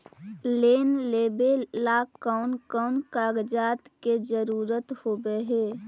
Loan लेबे ला कौन कौन कागजात के जरुरत होबे है?